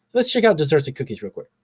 let's check out desserts and cookies real quick.